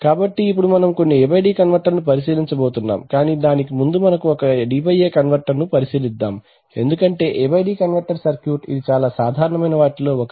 కాబట్టి ఇప్పుడు మనం కొన్ని AD కన్వర్టర్లను పరిశీలించబోతున్నాము కాని దానికి ముందు మనకు ఒక DA కన్వర్టర్ ను పరిశీలిద్దాము ఎందుకంటే AD కన్వర్టర్ సర్క్యూట్ ఇది చాలా సాధారణమైన వాటిలో ఒకటి